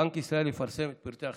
בנק ישראל יפרסם את פרטי החשבון.